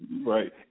Right